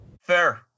Fair